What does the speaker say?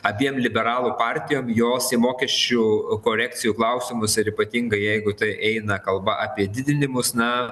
abiem liberalų partijom jos į mokesčių korekcijų klausimus ir ypatingai jeigu tai eina kalba apie didinimus na